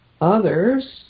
Others